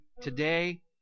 today